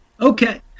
Okay